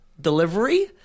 delivery